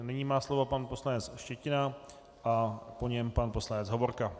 Nyní má slovo pan poslanec Štětina a po něm pan poslanec Hovorka.